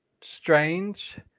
strange